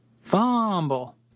Fumble